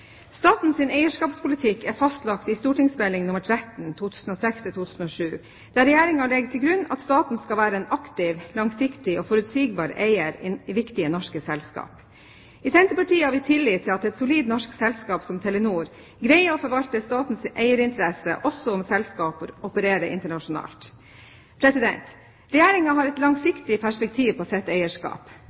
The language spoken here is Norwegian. staten skal være en aktiv, langsiktig og forutsigbar eier i viktige norske selskap. I Senterpartiet har vi tillit til at et solid norsk selskap som Telenor greier å forvalte statens eierinteresse også om selskapet opererer internasjonalt. Regjeringen har et langsiktig perspektiv på sitt eierskap.